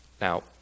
Now